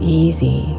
easy